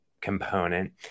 component